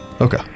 Okay